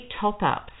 top-ups